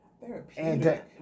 Therapeutic